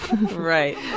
Right